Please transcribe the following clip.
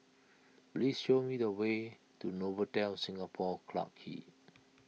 please show me the way to Novotel Singapore Clarke Quay